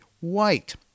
white